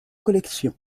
collections